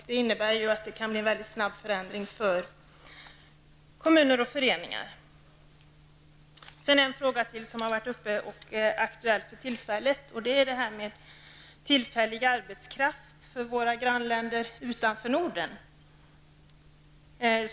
Det innebär ju att det kan bli en mycket snabb förändring för kommuner och föreningar. En annan fråga som varit uppe och som är aktuell för tillfället gäller tillfällig arbetskraft från våra grannländer utanför Norden.